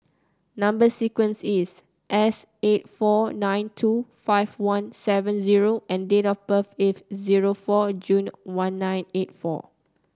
number sequence is S eight four nine two five one seven zero and date of birth is zero four June one nine eight four